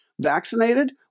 Vaccinated